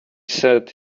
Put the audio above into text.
said